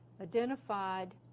identified